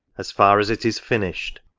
as far as it is finished